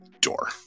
door